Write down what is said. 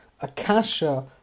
Akasha